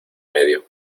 medio